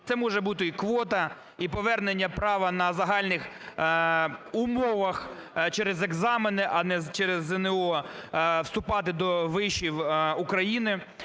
Це може бути і квота, і повернення права на загальних умовах через екзамени,а не через ЗНО вступати до вишів України.